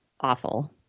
awful